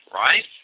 right